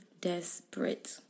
desperate